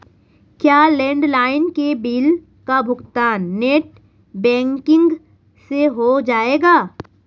क्या लैंडलाइन के बिल का भुगतान नेट बैंकिंग से हो जाएगा?